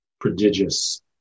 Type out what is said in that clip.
prodigious